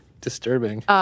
disturbing